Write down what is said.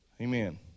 Amen